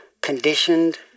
Conditioned